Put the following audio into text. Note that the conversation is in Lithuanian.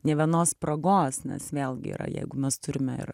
nė vienos spragos nes vėlgi yra jeigu mes turime ir